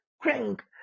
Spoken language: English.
crank